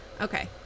Okay